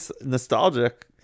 nostalgic